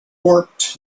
warped